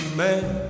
man